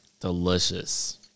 delicious